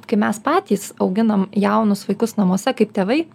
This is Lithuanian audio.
kai mes patys auginam jaunus vaikus namuose kaip tėvai